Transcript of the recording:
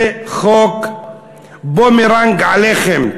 זה חוק בומרנג, עליכם.